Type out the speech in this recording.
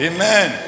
Amen